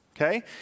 okay